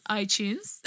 iTunes